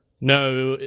No